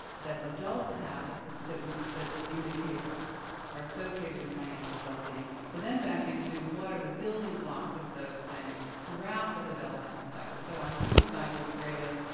that adults have that that that indicates are associated with financial wellbeing to then back into, what are the building blocks of those things throughout the developmental cycle. so, on the youth side, we've created,